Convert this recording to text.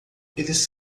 eles